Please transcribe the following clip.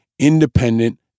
Independent